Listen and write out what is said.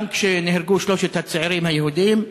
גם כשנהרגו שלושת הצעירים היהודים: